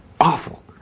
awful